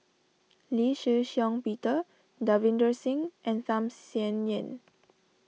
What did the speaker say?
Lee Shih Shiong Peter Davinder Singh and Tham Sien Yen